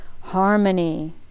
Harmony